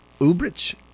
Ubrich